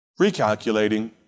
Recalculating